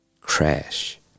Crash